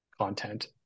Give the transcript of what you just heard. content